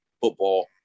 football